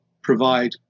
provide